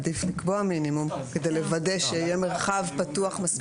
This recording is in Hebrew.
עדיף לקבוע מינימום כדי לוודא שיהיה מרחב פתוח מספיק.